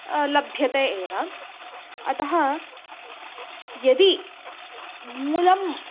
लभ्यते एव अतः यदि मूलं